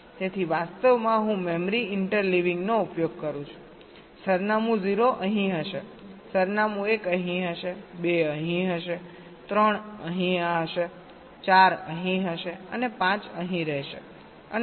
તેથી વાસ્તવમાં હું મેમરી ઇન્ટરલીવિંગનો ઉપયોગ કરું છું સરનામું 0 અહીં હશે સરનામું 1 અહીં હશે 2 અહીં હશે 3 અહીં હશે 4 અહીં હશે અને 5 અહીં રહેશે અને તેથી આગળ